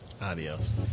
Adios